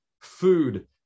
food